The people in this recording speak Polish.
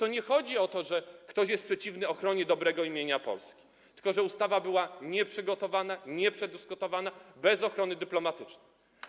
Bo nie chodzi o to, że ktoś jest przeciwny ochronie dobrego imienia Polski, tylko o to, że ustawa była nieprzygotowana, nieprzedyskutowana, bez ochrony dyplomatycznej.